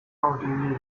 奥地利